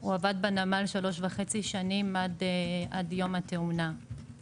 הוא עבד בנמל שלוש וחצי שנים עד יום התאונה.